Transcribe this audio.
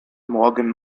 morgen